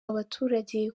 abaturage